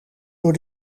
door